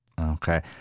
okay